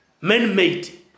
Man-made